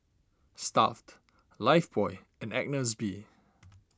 Stuff'd Lifebuoy and Agnes B